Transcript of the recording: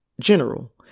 general